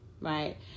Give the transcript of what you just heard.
Right